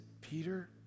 Peter